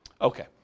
Okay